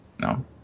No